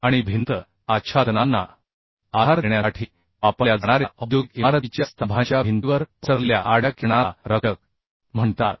आणि भिंत आच्छादनांना आधार देण्यासाठी वापरल्या जाणार्या औद्योगिक इमारतीच्या स्तंभांच्या भिंतीवर पसरलेल्या आडव्या किरणाला रक्षक म्हणतात